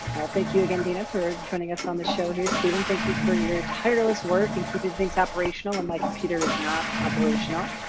well thank you again dina for joining us on the show here. stephen thank you for your tireless work and keeping things operational, and my computer is not operational.